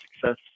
success